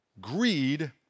Greed